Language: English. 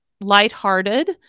lighthearted